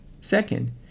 Second